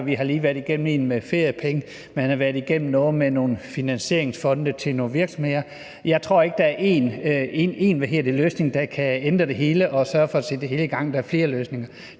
Vi har lige været igennem en med feriepenge. Man har været igennem noget med nogle finansieringsfonde til nogle virksomheder. Jeg tror ikke, at der er én løsning, der kan ændre det hele og sørge for at sætte det hele i gang. Der er flere løsninger.